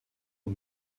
aux